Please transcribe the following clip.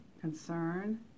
concern